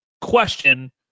question